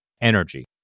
energy